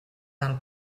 del